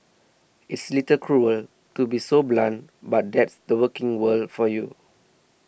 it's a little cruel to be so blunt but that's the working world for you